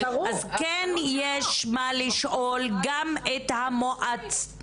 אז כן יש מה לשאול גם את המועצה,